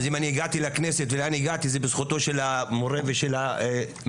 אז אם אני הגעתי לכנסת ולאן הגעתי זה בזכותו של המורה ושל המחנך.